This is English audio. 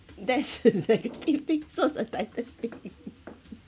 that's like it is not the nicest thing